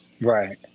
Right